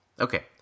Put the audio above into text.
Okay